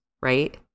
right